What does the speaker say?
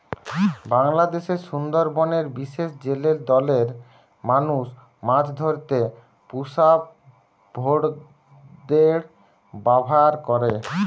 বাংলাদেশের সুন্দরবনের বিশেষ জেলে দলের মানুষ মাছ ধরতে পুষা ভোঁদড়ের ব্যাভার করে